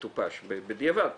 בדיעבד.